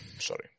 Sorry